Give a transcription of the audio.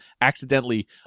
accidentally